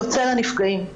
יוצא לנפגעים.